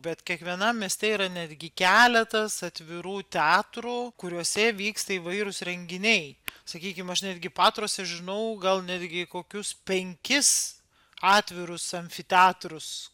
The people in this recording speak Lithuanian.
bet kiekvienam mieste yra netgi keletas atvirų teatrų kuriuose vyksta įvairūs renginiai sakykim aš netgi patruose žinau gal netgi kokius penkis atvirus amfiteatrus